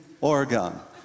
Oregon